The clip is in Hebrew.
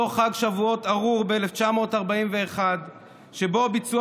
אותו חג שבועות ארור ב-1941 שבו ביצעו